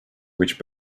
which